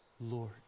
Lord